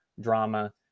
drama